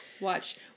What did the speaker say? Watch